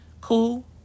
Cool